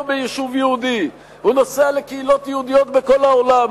ביישוב יהודי: הוא נוסע לקהילות יהודיות מכל רחבי העולם,